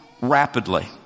rapidly